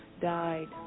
died